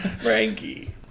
Frankie